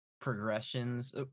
progressions